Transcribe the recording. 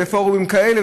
בפורומים כאלה,